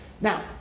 Now